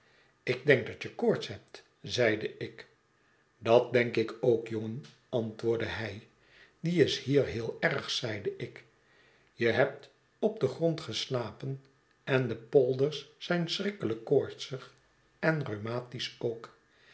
ik denk dat je koorts hebt zeide ik dat denk ik ook jongen antwoordde hij die is hier heel erg zeide ik je hebt op den grond geslapen en de polders zijn schrikkelijk koortsig en rheumatisch ook